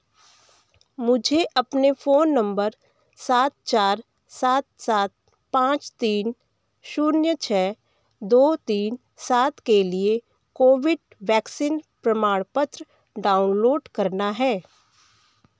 मुझे अपने phone number सात चार सात सात पाँच तीन शून्य छः दो तीन सात के लिए कोविड वैक्सीन प्रमाणपत्र डाउनलोड करना है